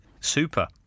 Super